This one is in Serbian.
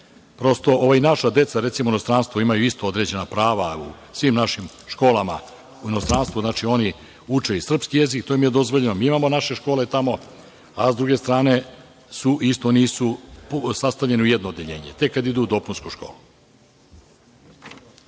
Prosto, i naša deca u inostranstvu imaju isto određena prava u svim našim školama u inostranstvu. Znači, oni uče i srpski jezik, to im je dozvoljeno. Mi imamo naše škole tamo. A, s druge strane, isto nisu sastavljeni u jedno odeljenje, tek kad idu u dopunsku školu.